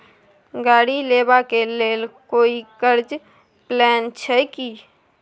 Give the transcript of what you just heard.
गाड़ी लेबा के लेल कोई कर्ज प्लान छै की?